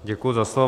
Děkuji za slovo.